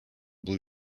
blue